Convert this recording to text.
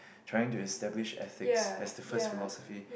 trying to establish ethics as the first philosophy